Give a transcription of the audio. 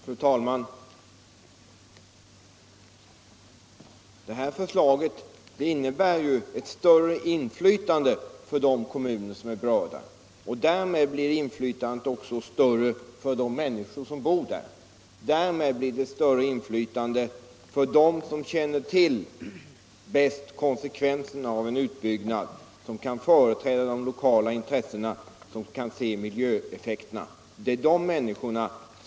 Fru talman! Vårt förslag innebär ett ökat inflytande för de kommuner som är berörda. Därmed blir inflytandet också större för de människor som bor i dessa kommuner — alltså de människor som bäst förstår konsekvenserna av en utbyggnad, som kan se miljöeffekterna och som kan företräda de lokala intressena.